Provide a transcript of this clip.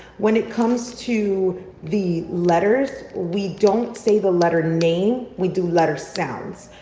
when it comes to the letters, we don't say the letter name, we do letter sounds